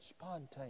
Spontaneous